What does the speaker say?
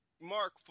Mark